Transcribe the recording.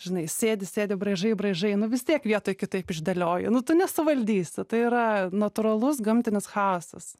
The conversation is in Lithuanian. žinai sėdi sėdi braižai braižai nu vis tiek vietoj kitaip išdėlioji nu tu nesuvaldysi tai yra natūralus gamtinis chaosas